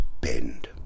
bend